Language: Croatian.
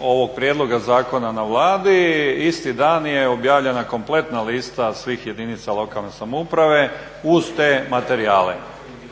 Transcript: ovog prijedloga zakona na Vladi isti dan je objavljena kompletna lista svih jedinica lokalne samouprave uz te materijale.